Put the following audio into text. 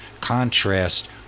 contrast